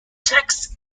text